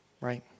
right